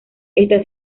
está